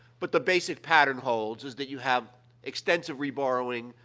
but the basic pattern holds, is that you have extensive reborrowing,